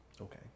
Okay